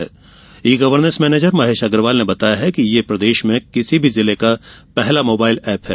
ई governance manager Mahesh Agrawal ने बताया है कि यह प्रदेश में किसी भी जिले का पहला मोबाइल एप है